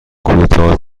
کوتاه